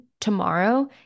tomorrow